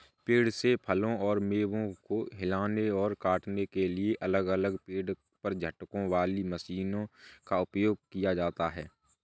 पेड़ से फलों और मेवों को हिलाने और काटने के लिए अलग अलग पेड़ पर झटकों वाली मशीनों का उपयोग किया जाता है